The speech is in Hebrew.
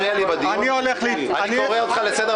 אני אומר לך,